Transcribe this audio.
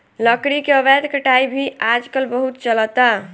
लकड़ी के अवैध कटाई भी आजकल बहुत चलता